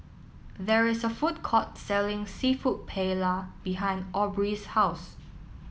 there is a food court selling Seafood Paella behind Aubree's house